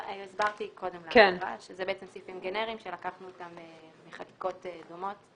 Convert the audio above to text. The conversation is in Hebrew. הסברתי קודם להקראה שאלה סעיפים גנריים שלקחנו אותם מחקיקות דומות.